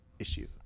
Issue